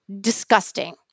disgusting